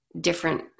different